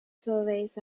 surveys